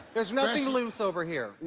there's nothing loose over here.